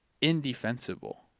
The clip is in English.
indefensible